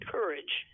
Courage